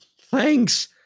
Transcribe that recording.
Thanks